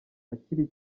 akiri